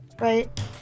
right